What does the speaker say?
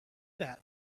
that